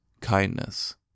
kindness